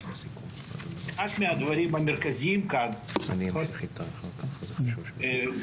מהדברים המרכזיים כאן קשורים לעידוד עלייה,